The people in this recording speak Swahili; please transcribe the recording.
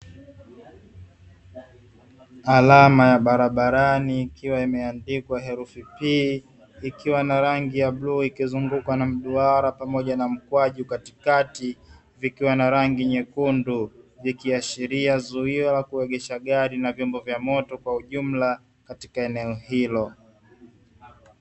Alama ya barabarani ikiwa imeandikwa herufi "P" ikiwa na rangi ya bluu, ikizungukwa na mduara pamoja na mkwaju katikati vikiwa na rangi nyekundu, zikiashiria zuio la kuogesha gari na vyombo vya moto kwa ujumla katika eneo hilo.